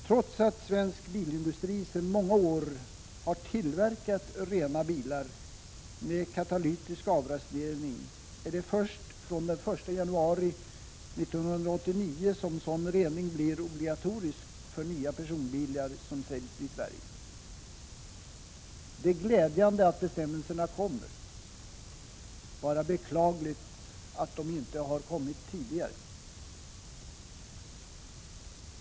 Trots att svensk bilindustri sedan många år tillverkar rena bilar med katalytisk avgasrening är det först från den 1 januari 1989 som sådan rening blir obligatorisk för nya personbilar som säljs i Sverige. Det är glädjande att bestämmelserna kommer, bara beklagligt att de inte har kommit tidigare.